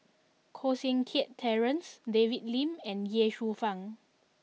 Koh Seng Kiat Terence David Lim and Ye Shufang